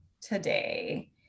today